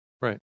Right